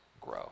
Grow